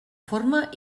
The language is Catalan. forma